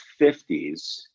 50s